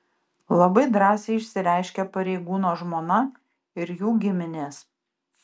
labai drąsiai išsireiškė pareigūno žmona ir jų giminės